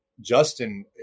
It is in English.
Justin